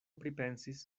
pripensis